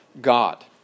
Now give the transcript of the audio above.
God